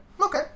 okay